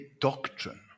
doctrine